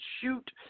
shoot